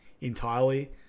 entirely